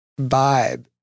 vibe